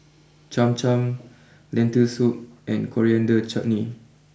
Cham Cham Lentil Soup and Coriander Chutney